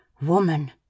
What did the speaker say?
woman